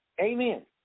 Amen